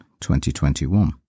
2021